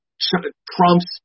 Trump's